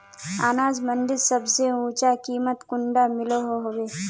अनाज मंडीत सबसे ऊँचा कीमत कुंडा मिलोहो होबे?